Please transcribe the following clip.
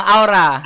Aura